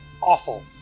awful